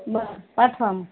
बरं पाठवा मग